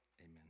Amen